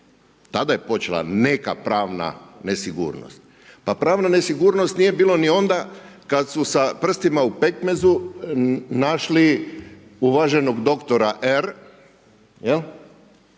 Tada je počela neka pravna nesigurnost. Pa pravna nesigurnost nije bilo ni onda kada su sa prstima u pekmezu našli uvaženog doktora R